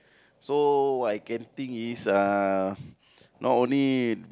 so I can think is uh not only